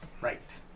Right